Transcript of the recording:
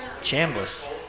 Chambliss